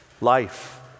Life